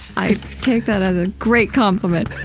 i take that as a great compliment